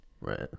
right